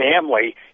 family